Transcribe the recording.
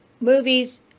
movies